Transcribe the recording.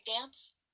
dance